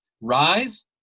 rise